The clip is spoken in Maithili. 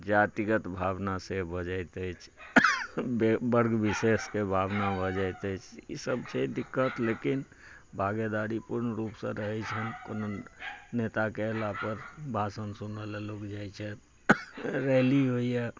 जातिगत भावना से भऽ जाइत अछि वर्ग विशेषके भावना भऽ जाइत अछि ईसभ छै दिक्कत लेकिन भागेदारी पूर्ण रूपसँ रहैत छनि कोनो नेताके अयलापर भाषण सुनय लेल लोक जाइत छथि रैली होइए